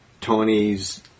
Tony's